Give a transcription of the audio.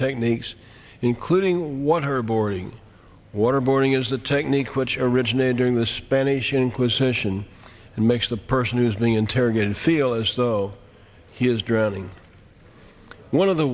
techniques including what her boring waterboarding is the technique which originated during the spanish inquisition and makes the person who's being interrogated feel as though he as drowning one of the